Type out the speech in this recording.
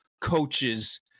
coaches